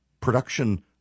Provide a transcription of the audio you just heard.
production